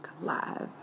Live